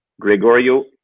Gregorio